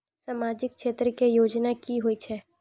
समाजिक क्षेत्र के योजना की होय छै?